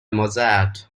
mozart